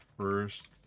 first